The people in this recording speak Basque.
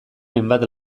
hainbat